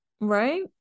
Right